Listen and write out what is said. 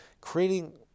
creating